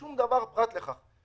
שום דבר פרט לכך.